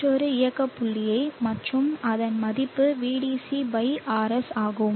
மற்றொரு இயக்க புள்ளி மற்றும் அதன் மதிப்பு Vdc RS ஆகும்